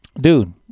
Dude